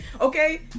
okay